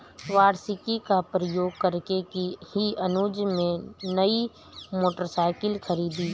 वार्षिकी का प्रयोग करके ही अनुज ने नई मोटरसाइकिल खरीदी